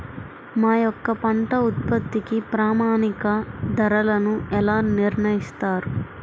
మా యొక్క పంట ఉత్పత్తికి ప్రామాణిక ధరలను ఎలా నిర్ణయిస్తారు?